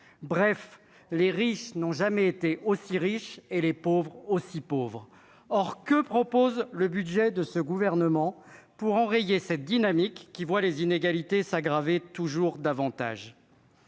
bref, les riches n'ont jamais été aussi riches et les pauvres aussi pauvres or que propose le budget de ce gouvernement pour enrayer cette dynamique qui voit les inégalités s'aggraver toujours davantage.